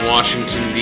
Washington